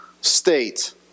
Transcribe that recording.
state